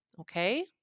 Okay